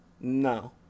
No